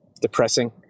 depressing